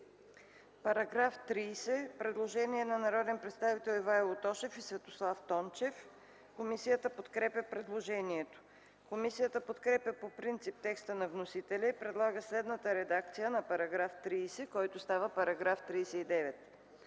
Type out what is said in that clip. По § 30 – предложение от народните представители Ивайло Тошев и Светослав Тончев. Комисията подкрепя предложението. Комисията подкрепя по принцип текста на вносителя и предлага следната редакция на § 30, който става § 39: „§ 39.